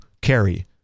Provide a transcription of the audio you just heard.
carry